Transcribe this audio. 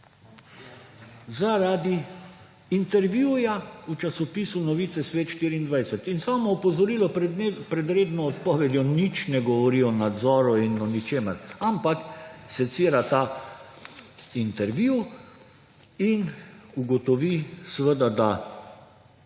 zaradi intervjuja v časopisu Novice Svet24 in samo opozorilo; pred redno odpovedjo nič ne govori o nadzoru in o ničemer, ampak secira ta intervju in ugotovi seveda, da